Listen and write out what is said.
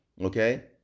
okay